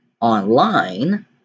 online